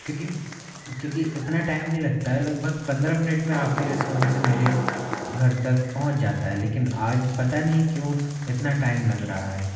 क्योंकि क्योंकि इतना टाइम नहीं लगता है लगभग पंद्रह मिनट मे आपके रेस्टोरेंट से मेरे घर तक पहुँच जाता है लेकिन आज पता नही क्यों इतना टाइम लग रहा है